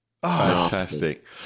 Fantastic